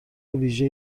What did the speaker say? ویژه